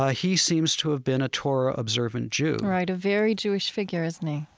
ah he seems to have been a torah-observant jew right, a very jewish figure, isn't he?